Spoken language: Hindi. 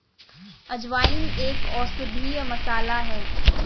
अजवाइन एक औषधीय मसाला है